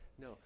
no